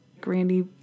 Grandy